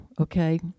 okay